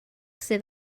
sydd